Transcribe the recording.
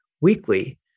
weekly